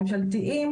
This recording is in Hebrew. ממשלתיים,